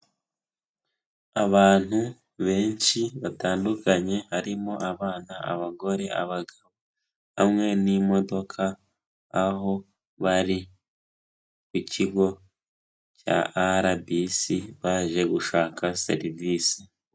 Abantu benshi batandukanye, harimo abana, abagore, abagabo, hamwe n'imodoka, aho bari ku kigo cya RBC baje gushaka serivisi.